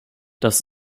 das